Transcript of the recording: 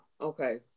Okay